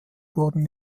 wurden